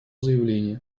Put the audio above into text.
заявление